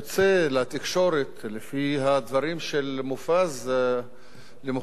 לפי הדברים של מופז למחרת יום יציאתו מהממשלה,